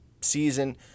season